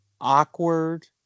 awkward